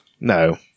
No